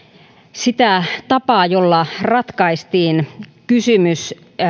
sitä tapaa jolla ratkaistiin kysymys